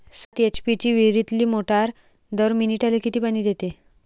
सात एच.पी ची विहिरीतली मोटार दर मिनटाले किती पानी देते?